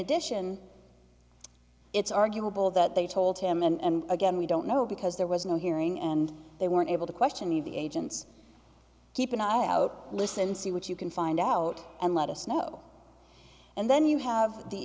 addition it's arguable that they told him and again we don't know because there was no hearing and they weren't able to question the of the agents keep an eye out listen see what you can find out and let us know and then you have the